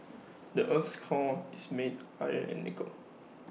the Earth's core is made iron and nickel